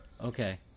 Okay